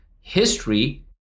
history